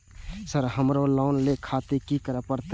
Sir हमरो loan ले खातिर की करें परतें?